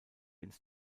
ins